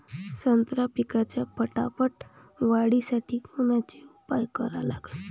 संत्रा पिकाच्या फटाफट वाढीसाठी कोनचे उपाव करा लागन?